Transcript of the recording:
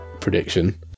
prediction